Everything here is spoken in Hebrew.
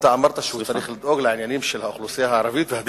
אתה אמרת שהוא צריך לדאוג לעניינים של האוכלוסייה הערבית והציבור,